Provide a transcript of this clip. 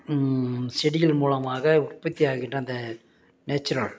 செடிகள் மூலமாக உற்பத்தி ஆகின்ற அந்த நேச்சுரல்